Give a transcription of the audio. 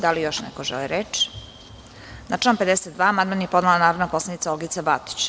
Da li još neko želi reč? (Ne) Na član 52. amandman je podnela narodna poslanica Olgica Batić.